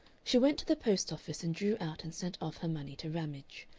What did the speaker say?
she went to the post-office and drew out and sent off her money to ramage.